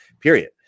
period